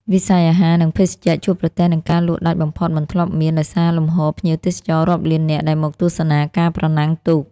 វិស័យអាហារ និងភេសជ្ជៈជួបប្រទះនឹងការលក់ដាច់បំផុតមិនធ្លាប់មាន ដោយសារលំហូរភ្ញៀវទេសចររាប់លាននាក់ដែលមកទស្សនាការប្រណាំងទូក។